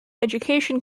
education